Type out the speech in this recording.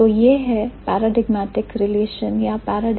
तो यह है paradigmatic relation या paradigmatic implication